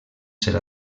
ser